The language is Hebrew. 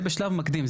זה בשלב מקדים.